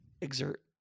exert